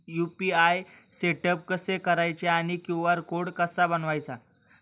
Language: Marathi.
यु.पी.आय सेटअप कसे करायचे आणि क्यू.आर कोड कसा बनवायचा?